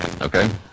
Okay